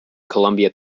columbia